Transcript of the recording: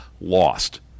lost